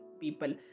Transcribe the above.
people